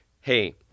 hey